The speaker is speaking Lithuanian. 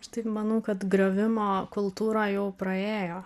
aš tai manau kad griovimo kultūra jau praėjo